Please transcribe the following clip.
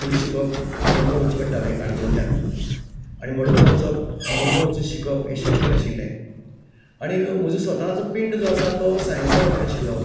फुडें शिकप मडगांव वचचें पडटालें काणकोणच्यान आनी मडगांव वचप आनी मडगांव वचून शिकप हे शक्य नाशिल्ले आनीक म्हजो स्वताचो पिंड जो आसा तो सायन्सा वाटेन आशिल्लो